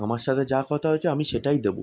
আমার সাথে যা কথা হয়েছে আমি সেটাই দেবো